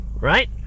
right